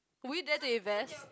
would you dare to invest